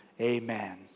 Amen